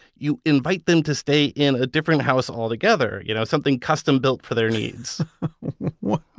you invite them to stay in a different house altogether, you know something custom built for their needs wow.